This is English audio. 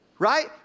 Right